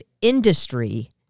industry